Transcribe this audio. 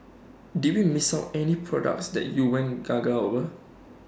did we miss out any products that you went gaga over